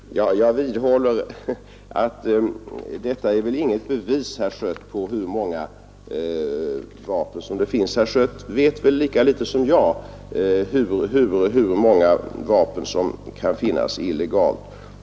Herr talman! Jag vidhåller att detta inte är något bevis, herr Schött, på hur många vapen som finns. Herr Schött vet väl lika litet som jag hur många vapen som kan innehas illegalt.